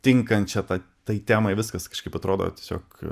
tinkančią tą tai temai viskas kažkaip atrodo tiesiog